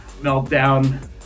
meltdown